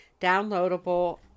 downloadable